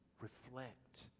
reflect